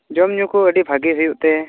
ᱡᱚᱢᱼᱧᱩ ᱠᱚ ᱟᱹᱰᱤ ᱵᱷᱟᱹᱜᱤ ᱦᱩᱭᱩᱜ ᱛᱮ